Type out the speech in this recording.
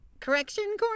correction